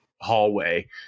hallway